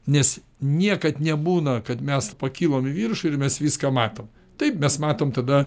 nes niekad nebūna kad mes pakilom į viršų ir mes viską matom taip mes matom tada